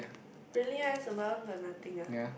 really meh sembawang got nothing ah